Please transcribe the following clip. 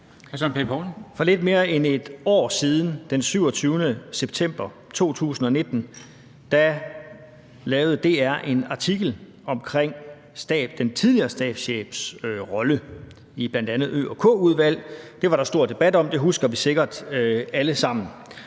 For lidt mere end et år siden, den 27. september 2019, lavede DR en artikel om den tidligere stabschefs rolle i bl.a. Ø- og K-udvalget. Det var der stor debat om, og det husker vi sikkert alle sammen.